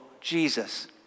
Jesus